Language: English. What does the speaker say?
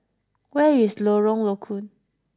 where is Lorong Low Koon